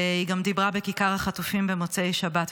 והיא גם דיברה בכיכר החטופים במוצאי שבת.